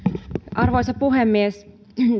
arvoisa puhemies